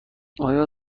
آیا